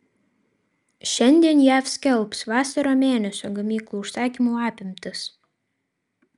šiandien jav skelbs vasario mėnesio gamyklų užsakymų apimtis